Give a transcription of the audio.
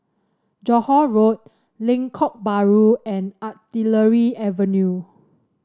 Johore Road Lengkok Bahru and Artillery Avenue